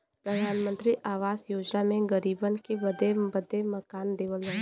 प्रधानमंत्री आवास योजना मे गरीबन के रहे बदे मकान देवल जात हौ